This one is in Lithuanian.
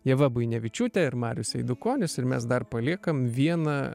ieva buinevičiūtė ir marius eidukonis ir mes dar paliekam vieną